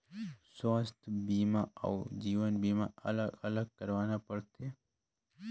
स्वास्थ बीमा अउ जीवन बीमा अलग अलग करवाना पड़थे?